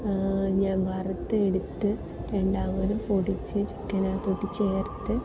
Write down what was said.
ഞാൻ വറുത്തെടുത്ത് രണ്ടാമതും പൊടിച്ച് ചിക്കന് അകത്തോട്ട് ചേർത്ത്